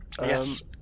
Yes